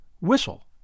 whistle